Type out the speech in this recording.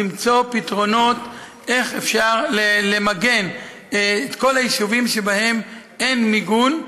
למצוא פתרונות איך אפשר למגן את כל היישובים שבהם אין מיגון.